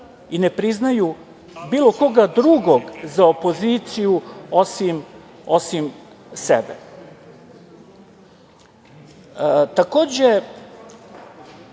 i ne priznaju bilo koga drugog za opoziciju, osim sebe. Takođe,